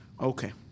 Okay